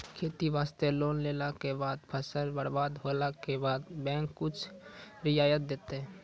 खेती वास्ते लोन लेला के बाद फसल बर्बाद होला के बाद बैंक कुछ रियायत देतै?